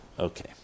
Okay